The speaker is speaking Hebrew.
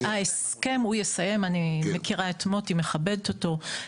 --- אני מכירה את מוטי, מכבדת אותו.